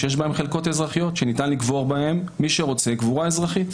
שיש בהם חלקות אזרחיות בהן ניתן לקבור קבורה אזרחית.